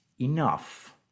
enough